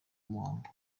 muhango